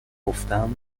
گفتم